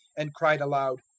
and cried aloud,